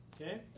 Okay